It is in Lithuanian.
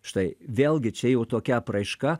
štai vėlgi čia jau tokia apraiška